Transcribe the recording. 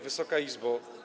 Wysoka Izbo!